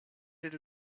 did